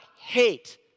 hate